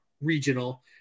regional